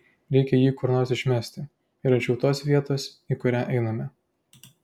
reikia jį kur nors išmesti ir arčiau tos vietos į kurią einame